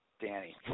Danny